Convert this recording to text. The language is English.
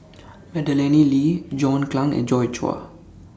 Madeleine Lee John Clang and Joi Chua